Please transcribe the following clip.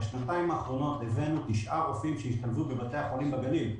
בשנתיים האחרונות הבאנו תשעה רופאים שהשתלבו בבתי החולים בגליל,